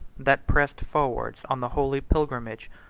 that pressed forwards on the holy pilgrimage,